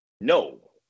No